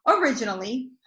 Originally